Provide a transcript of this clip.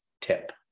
tip